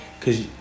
Cause